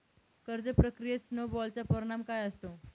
कर्ज प्रक्रियेत स्नो बॉलचा परिणाम काय असतो?